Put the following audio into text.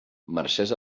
mercès